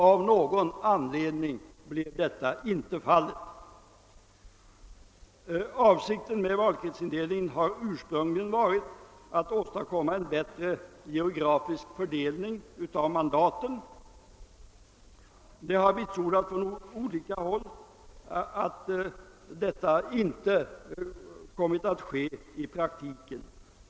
Av någon anledning blev så inte fallet. Avsikten med valkretsindelningen har ursprungligen varit att åstadkomma en bättre geografisk fördelning av mandaten. Det har vitsordats från olika håll att så inte kommit att ske i praktiken.